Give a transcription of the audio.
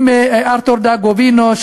עם ארתור דה גובינו,